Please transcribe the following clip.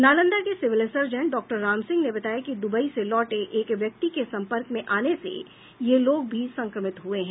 नालंदा के civil surgeon doctor Ram Singh ने बताया है कि दुबई से लौटे एक व्यक्ति के संपर्क में आने से ये लोग भी संक्रमित हुये हैं